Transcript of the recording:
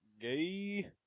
Gay